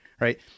right